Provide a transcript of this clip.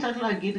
צריך להגיד,